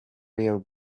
rio